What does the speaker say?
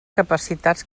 capacitats